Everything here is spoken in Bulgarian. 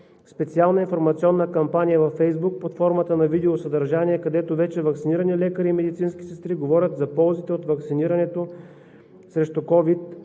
специална информационна кампания във Фейсбук под формата на видеосъдържание, където вече ваксинирани лекари и медицински сестри говорят за ползата от ваксинирането срещу COVID-19.